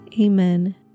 Amen